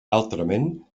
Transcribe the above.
altrament